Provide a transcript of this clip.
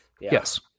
Yes